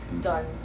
done